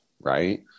Right